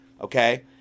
Okay